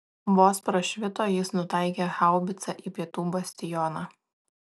vos prašvito jis nutaikė haubicą į pietų bastioną